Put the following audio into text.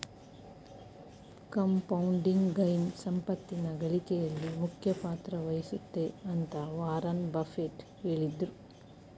compounding gain ಸಂಪತ್ತಿನ ಗಳಿಕೆಯಲ್ಲಿ ಮುಖ್ಯ ಪಾತ್ರ ವಹಿಸುತ್ತೆ ಅಂತ ವಾರನ್ ಬಫೆಟ್ ಹೇಳಿದ್ರು